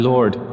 Lord